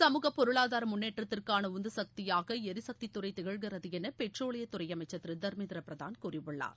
சமூக பொருளாதார முன்னேற்றத்திற்கான உந்து சக்தியாக ளிசக்தித் துறை திகழ்கிறது என பெட்ரோலியத்துறை அமைச்சர் திரு தர்மேந்திர பிரதான் கூறியுள்ளார்